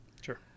Sure